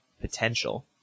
potential